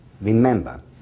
remember